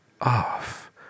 off